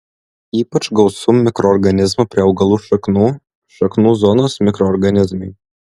ypač gausu mikroorganizmų prie augalų šaknų šaknų zonos mikroorganizmai